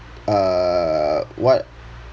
uh what